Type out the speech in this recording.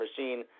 machine